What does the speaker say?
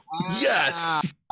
Yes